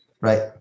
Right